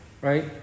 Right